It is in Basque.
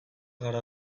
gara